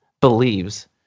believes